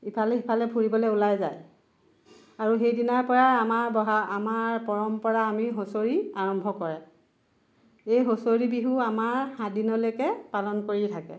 ইফালে সিফালে ফুৰিবলে ওলাই যায় আৰু সেইদিনাৰ পৰাই আমাৰ বহাগ আমাৰ পৰম্পৰা আমি হুঁচৰি আৰম্ভ কৰে এই হুঁচৰি বিহু আমাৰ সাদিনলৈকে পালন কৰি থাকে